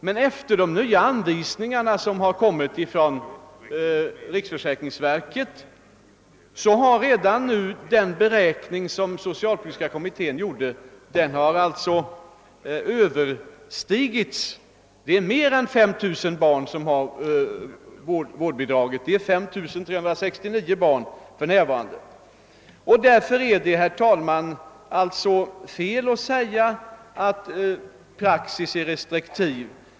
Men efter de nya anvisningarna från riksförsäkringsverket har redan nu den beräkning som socialpolitiska kommittén gjorde visat sig vara för låg; det är ett större antal än 5000 barn, som har vårdbidraget, nämligen 5369 barn för närvarande. Därför är det, herr talman, fel att säga att praxis är restriktiv.